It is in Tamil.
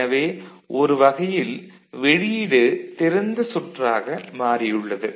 எனவே ஒரு வகையில் வெளியீடு திறந்த சுற்றாக மாறியுள்ளது